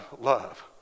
love